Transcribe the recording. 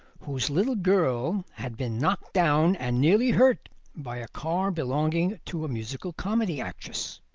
whose little girl had been knocked down and nearly hurt by a car belonging to a musical-comedy actress.